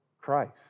Christ